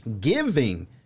giving